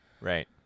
Right